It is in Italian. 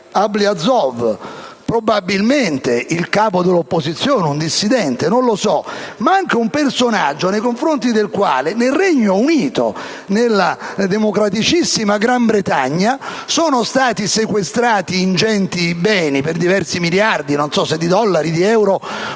familiari. Probabilmente è il capo dell'opposizione, un dissidente, non lo so, ma è anche un personaggio al quale nel Regno Unito, nella democraticissima Gran Bretagna, sono stati sequestrati ingenti beni, per diversi miliardi non so se di dollari, euro o sterline.